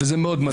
וזה מאוד מדאיד.